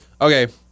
okay